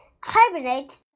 hibernate